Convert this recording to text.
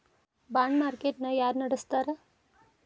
Bond market ನ ಯಾರ್ನಡ್ಸ್ತಾರ?